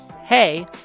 hey